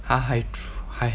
!huh! 还还